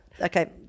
Okay